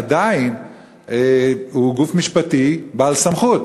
עדיין הוא גוף משפטי בעל סמכות,